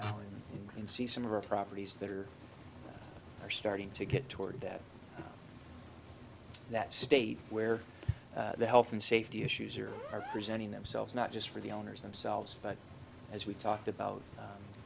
now and see some of our properties that are are starting to get toward that that state where the health and safety issues are representing themselves not just for the owners themselves but as we talked about